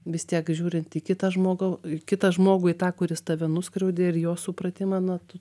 vis tiek žiūrint į kitą žmogau kitą žmogų į tą kuris tave nuskriaudė ir jo supratimą na tu